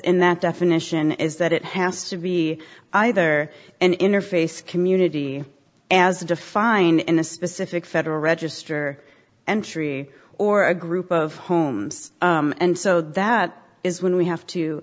in that definition is that it has to be either an interface community as defined in a specific federal register entry or a group of homes and so that is when we have to